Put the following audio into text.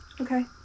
Okay